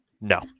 No